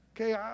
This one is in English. okay